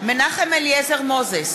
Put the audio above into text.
מנחם אליעזר מוזס,